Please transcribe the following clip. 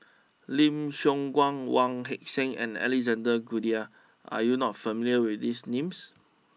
Lim Siong Guan Wong Heck sing and Alexander Guthrie are you not familiar with these names